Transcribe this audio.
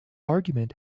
argument